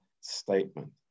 statement